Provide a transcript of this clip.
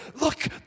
look